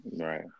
Right